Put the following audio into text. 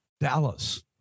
Dallas